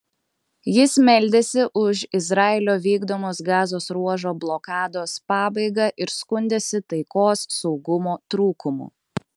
jis meldėsi už izraelio vykdomos gazos ruožo blokados pabaigą ir skundėsi taikos saugumo trūkumu